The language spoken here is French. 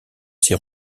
ses